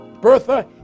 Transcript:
Bertha